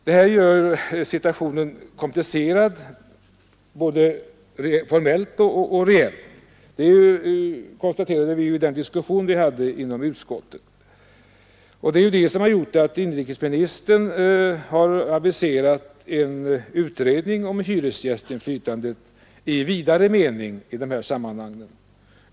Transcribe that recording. Det här gör situationen komplicerad, både formellt och reellt, och det konstaterade vi i den diskussion vi förde i utskottet. Samma förhållande har gjort att inrikesministern har aviserat en utredning om hyresgästinflytandet i vidare mening i dessa sammanhang.